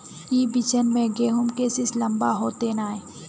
ई बिचन में गहुम के सीस लम्बा होते नय?